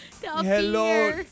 Hello